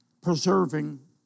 preserving